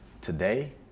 today